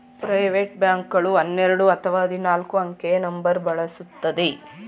private bank ಗಳು ಹನ್ನೆರಡು ಅಥವಾ ಹದಿನಾಲ್ಕು ಅಂಕೆಯ ನಂಬರ್ ಬಳಸುತ್ತದೆ